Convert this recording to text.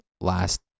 last